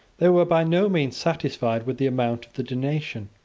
they were by no means satisfied with the amount of the donation.